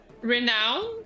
renowned